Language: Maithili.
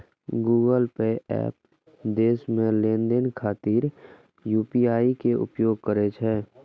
गूगल पे एप देश मे लेनदेन खातिर यू.पी.आई के उपयोग करै छै